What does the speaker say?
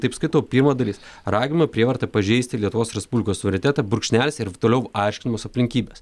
taip skaitau pirma dalis ragino prievarta pažeisti lietuvos respublikos suveritetą brūkšnelis ir toliau aiškinamos aplinkybės